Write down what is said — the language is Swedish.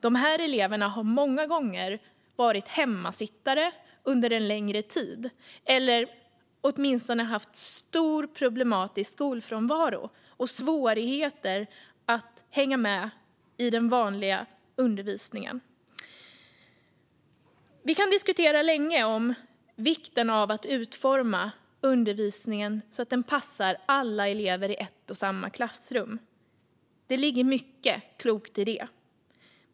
Dessa elever har många gånger varit hemmasittare under en längre tid eller åtminstone haft stor problematisk skolfrånvaro och svårigheter att hänga med i den vanliga undervisningen. Vi kan länge diskutera vikten av att utforma undervisningen så att den passar alla elever i ett och samma klassrum. Det ligger mycket klokt i det.